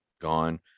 gone